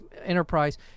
enterprise